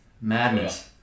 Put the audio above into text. madness